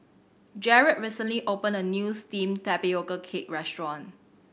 Jarrell recently opened a new steam tapioca cake restaurant